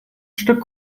stück